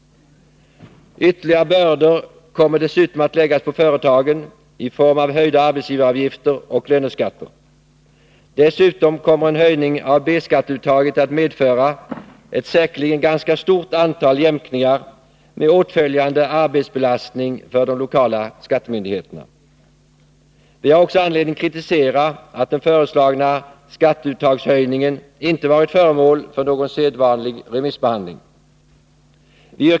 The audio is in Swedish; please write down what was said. Ytterligare bördor kommer att läggas på företagen i form av höjda arbetsgivaravgifter och löneskatter. Dessutom kommer en höjning av B-skatteuttaget säkerligen att medföra ett ganska stort antal jämkningar med åtföljande arbetsbelastning för de lokala skattemyndigheterna. Vi har vidare anledning att kritisera att den föreslagna skatteuttagshöjningen inte varit föremål för någon sedvanlig remissbehandling.